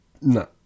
No